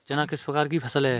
चना किस प्रकार की फसल है?